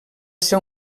ser